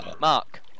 Mark